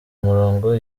umurongo